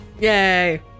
Yay